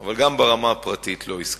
אבל גם ברמה הפרטית לא הסכמתי.